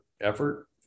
effort